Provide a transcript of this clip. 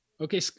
Okay